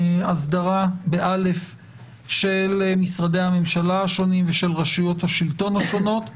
אסדרה של משרדי הממשלה השונים ושל רשויות השלטון השונות.